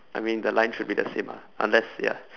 I mean the line should be the same ah unless ya